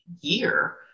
year